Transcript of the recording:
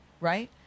right